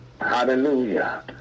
Hallelujah